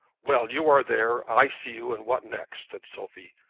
well, you are there i see you and what next? said sophie.